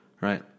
Right